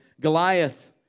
Goliath